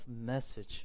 message